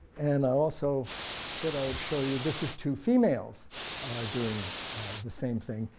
and i also said i would show you this is two females doing the same thing.